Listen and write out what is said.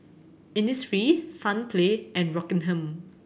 Innisfree Sunplay and Rockingham